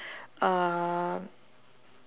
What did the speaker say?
um